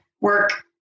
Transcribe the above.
work